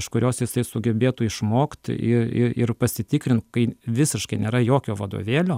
iš kurios jisai sugebėtų išmokt ir ir pasitikrint kai visiškai nėra jokio vadovėlio